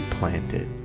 planted